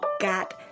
Got